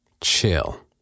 Chill